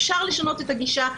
אפשר לשנות את הגישה .